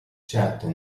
certo